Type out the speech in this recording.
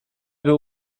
był